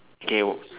K